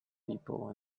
people